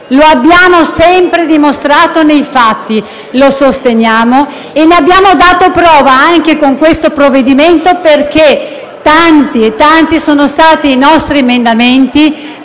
Lo abbiamo sempre dimostrato nei fatti, lo sosteniamo e ne abbiamo dato prova anche con questo provvedimento perché tanti e tanti sono stati i nostri emendamenti